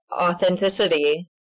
authenticity